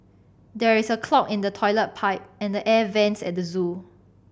there is a clog in the toilet pipe and the air vents at the zoo